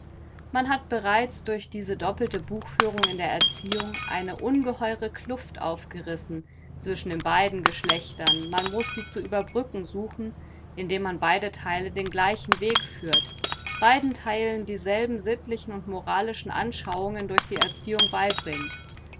man hat bereits durch diese doppelte buchführung in der erziehung eine ungeheure kluft aufgerissen zwischen den beiden geschlechtern man muß sie zu überbrücken suchen indem man beide theile den gleichen weg führt beiden theilen dieselben sittlichen und moralischen anschauungen durch die erziehung beibringt